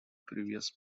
previous